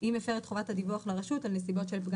אם איפשר את חובת הדיווח לרשות על נסיבות של....